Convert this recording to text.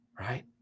right